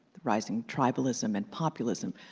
the rising tribalism and populism,